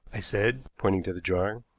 i said, pointing to the drawing.